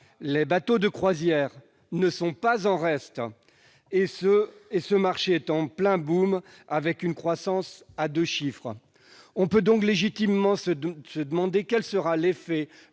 Les bateaux de croisière ne sont pas en reste ; or ce marché est en plein boom, avec une croissance à deux chiffres. On peut donc légitimement se demander quel sera l'effet